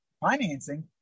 financing